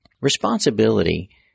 Responsibility